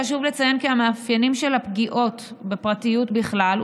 חשוב לציין כי המאפיינים של הפגיעות בפרטיות בכלל,